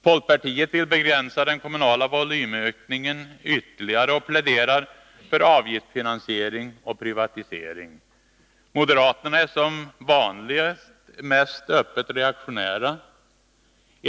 Folkpartiet vill begränsa den kommunala volymökningen ytterligare och pläderar för ökad avgiftsfinansiering och privatisering. Moderaterna är som vanligt mest öppet reaktionära.